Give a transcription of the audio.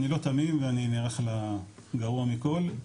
אני לא תמים ואני נערך לגרוע מכל.